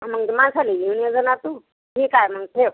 हां मग माझ्यासाठी येवून नाही जाणार तू ठीक आहे मग ठेव